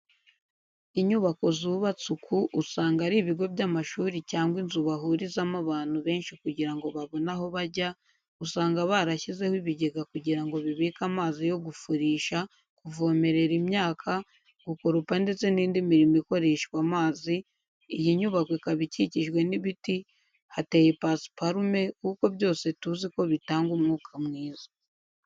Inyubako zubatse uku usanga ari ibigo by'amashuri cyangwa inzu bahurizamo abantu benshi kugira ngo babone aho bajya, usanga barashyizeho ibigega kugira ngo bibike amazi yo gufurisha, kuvomerera imyaka, gukoropa ndetse n'indi mirimo ikoreshwa amazi, iyi nyubako ikaba ikikijwe n'ibiti, hateye pasiparume kuko byose tuzi ko bitanga umwuka mwiza.